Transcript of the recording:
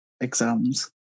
exams